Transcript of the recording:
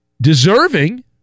deserving